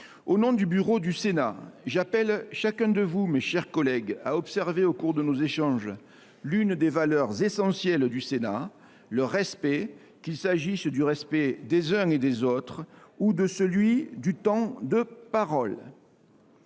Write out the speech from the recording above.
Au nom du bureau, j’appelle chacun de vous à observer au cours de nos échanges l’une des valeurs essentielles du Sénat : le respect, qu’il s’agisse du respect des uns et des autres ou de celui du temps de parole.